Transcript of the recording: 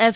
F